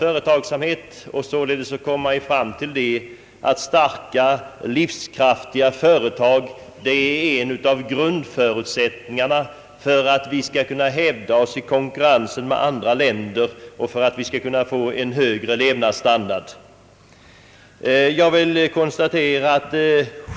Man kommer således fram till att starka, livskraftiga företag är en grundförutsättning för att vi skall kunna hävda oss i konkurrensen med andra länder och för att vi skall kunna få en högre levnadsstandard.